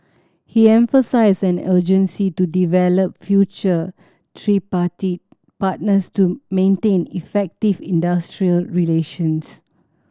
he emphasised an urgency to develop future tripartite partners to maintain effective industrial relations